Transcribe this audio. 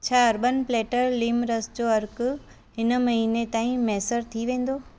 छा Urban Platter लीमु रस जो अर्क़ु हिन महीने ताईं मुयसर थी वेंदो